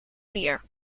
bier